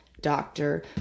doctor